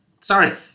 Sorry